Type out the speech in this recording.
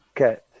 Okay